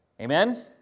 Amen